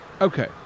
Okay